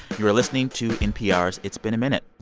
you are listening to npr's it's been a minute